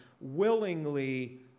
willingly